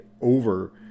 over